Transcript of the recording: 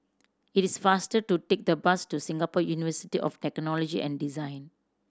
it is faster to take the bus to Singapore University of Technology and Design